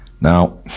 Now